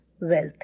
wealth